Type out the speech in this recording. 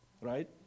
right